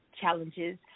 challenges